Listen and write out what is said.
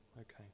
Okay